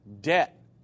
debt